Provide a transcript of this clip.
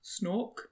Snork